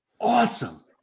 Awesome